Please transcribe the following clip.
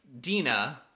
Dina